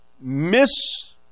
miss